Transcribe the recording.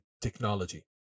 technology